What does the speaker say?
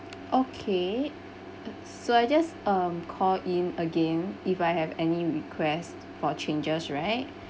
okay so I just um call in again if I have any requests for changes right